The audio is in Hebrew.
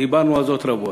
דיברנו על זאת רבות,